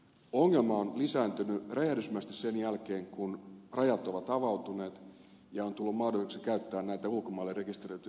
ongelma on lisääntynyt räjähdysmäisesti sen jälkeen kun rajat ovat avautuneet ja on tullut mahdolliseksi käyttää ulkomaille rekisteröityjä yrityksiä työmailla